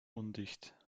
undicht